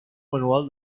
manual